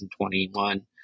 2021